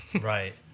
Right